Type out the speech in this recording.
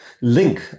link